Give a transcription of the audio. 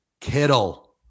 Kittle